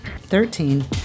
Thirteen